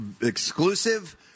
exclusive